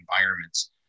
environments